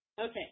Okay